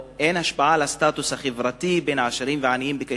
אין השפעה על הסטטוס החברתי של עשירים ועניים.